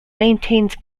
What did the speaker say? maintains